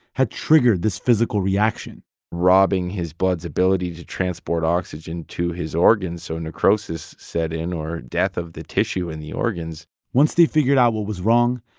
had triggered this physical reaction robbing his blood's ability to transport oxygen to his organs, so necrosis set in, or death of the tissue in the organs once they figured out what was wrong,